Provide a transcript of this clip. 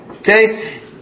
okay